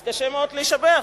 אז קשה מאוד לשבח,